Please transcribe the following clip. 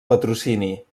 patrocini